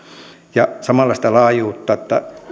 ja samalla sitä laajuutta